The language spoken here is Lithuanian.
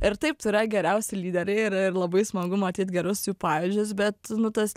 ir taip yra geriausi lyderiai ir ir labai smagu matyt gerus jų pavyzdžius bet nu tas